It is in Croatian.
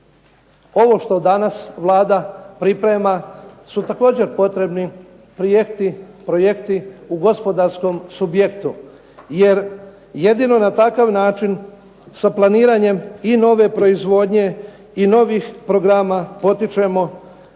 ovo što danas Vlada priprema su također potrebni projekti u gospodarskom subjektu, jer jedino na takav način sa planiranjem i nove proizvodnje i novih programa potičemo